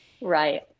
Right